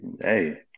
hey